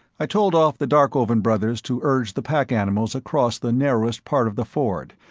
i told off the darkovan brothers to urge the pack animals across the narrowest part of the ford,